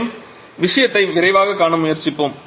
மேலும் விஷயத்தை விரைவாக காண முயற்சிப்போம்